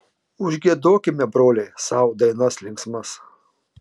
užgiedokime broliai sau dainas linksmas